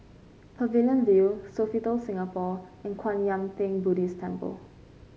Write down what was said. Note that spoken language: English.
Pavilion View Sofitel Singapore and Kwan Yam Theng Buddhist Temple